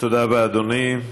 תודה רבה, אדוני.